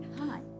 Hi